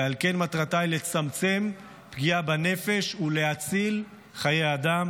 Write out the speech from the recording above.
ועל כן מטרתה היא לצמצם פגיעה בנפש ולהציל חיי אדם